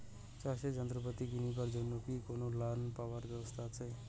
চাষের যন্ত্রপাতি কিনিবার জন্য কি কোনো লোন পাবার ব্যবস্থা আসে?